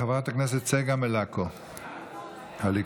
חברת הכנסת צגה מלקו, הליכוד,